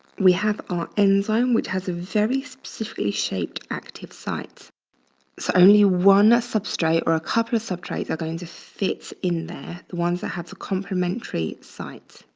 we have our enzyme which has a very specifically shaped active sites. it's so only one substrate or a couple of substrates are going to fit in there. the ones that have the complementary sites.